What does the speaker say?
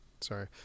Sorry